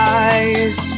eyes